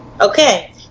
Okay